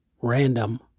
random